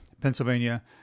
Pennsylvania